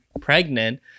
pregnant